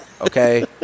okay